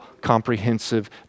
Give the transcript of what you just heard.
comprehensive